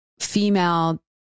female